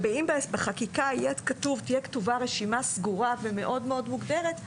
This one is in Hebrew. אם בחקיקה תהיה כתובה רשימה סגורה ומאוד מוגדרת,